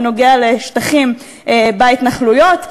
בנוגע לשטחים בהתנחלויות.